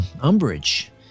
umbrage